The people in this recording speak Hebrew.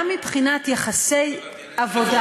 גם מבחינת יחסי עבודה.